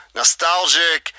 nostalgic